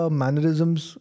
mannerisms